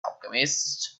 alchemist